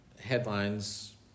headlines